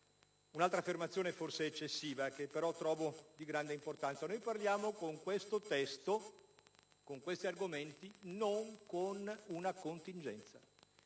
un'altra affermazione forse eccessiva, che però trovo di grande importanza - su questo testo e su questi argomenti, non con una contingenza: